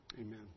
Amen